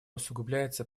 усугубляется